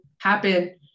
happen